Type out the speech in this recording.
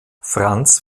franz